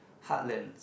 heartland